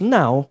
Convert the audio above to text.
now